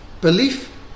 Belief